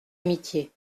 amitié